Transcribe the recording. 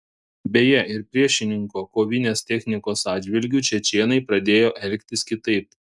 beje ir priešininko kovinės technikos atžvilgiu čečėnai pradėjo elgtis kitaip